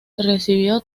recibió